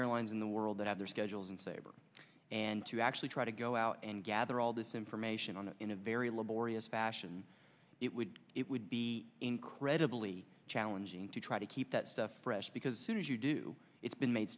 airlines in the world that have their schedules and saber and to actually try to go out and gather all this information on it in a very laborious fashion it would it would be incredibly challenging to try to keep that stuff fresh because soon as you do it's been